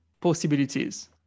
possibilities